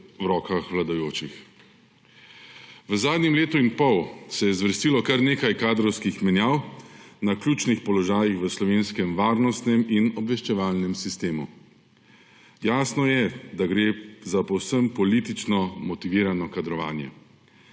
v rokah vladajočih. V zadnjem letu in pol se je zvrstilo kar nekaj kadrovskih menjav na ključnih položajih v slovenskem varnostnem in obveščevalnem sistemu. Jasno je, da gre za povsem politično motivirano kadrovanje.